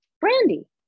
Brandy